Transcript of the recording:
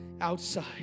outside